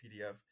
PDF